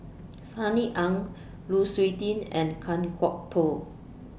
Sunny Ang Lu Suitin and Kan Kwok Toh